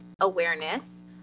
awareness